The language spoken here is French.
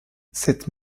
cette